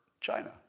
China